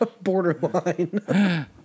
Borderline